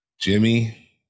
Jimmy